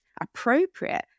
appropriate